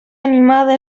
animada